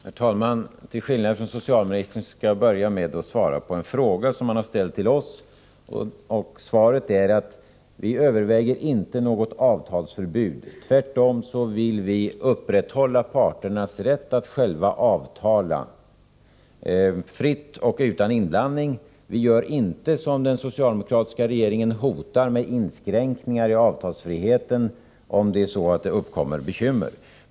Herr talman! Till skillnad från socialministern skall jag börja med att svara på en fråga som han ställt till oss. Svaret är att vi inte överväger något avtalsförbud. Tvärtom vill vi upprätthålla parternas rätt att själva avtala fritt och utan inblandning. Vi gör inte som den socialdemokratiska regeringen, vi hotar inte med inskränkningar i avtalsfriheten, om det uppkommer bekymmer.